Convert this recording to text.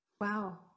Wow